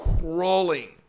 crawling